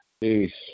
Peace